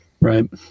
right